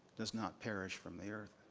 does not perish from the earth.